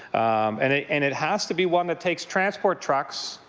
and it and it has to be one that takes transport trucks.